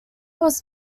was